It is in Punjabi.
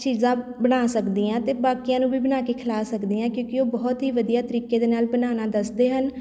ਚੀਜ਼ਾਂ ਬਣਾ ਸਕਦੀ ਹਾਂ ਅਤੇ ਬਾਕੀਆਂ ਨੂੰ ਵੀ ਬਣਾ ਕੇ ਖਿਲਾ ਸਕਦੀ ਹਾਂ ਕਿਉਂਕਿ ਉਹ ਬਹੁਤ ਹੀ ਵਧੀਆ ਤਰੀਕੇ ਦੇ ਨਾਲ਼ ਬਣਾਉਣਾ ਦੱਸਦੇ ਹਨ